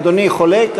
אדוני חולק,